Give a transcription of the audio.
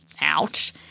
ouch